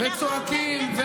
וצועקים.